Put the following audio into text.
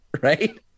Right